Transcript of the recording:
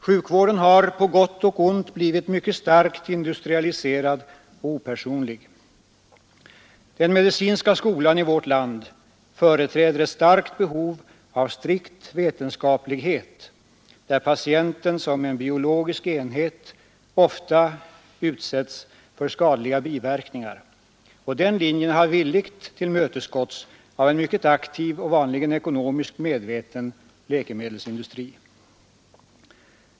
Sjukvården har — på gott och ont — blivit mycket starkt industrialiserad och opersonlig. Den medicinska skola i vårt land som företräder ett starkt behov av strikt vetenskaplighet, där patienten som en biologisk enhet ofta utsätts för skadliga biverkningar, den skolan har villigt tillmötesgåtts av en mycket aktiv och vanligen ekonomiskt medveten läkemedelsindustri.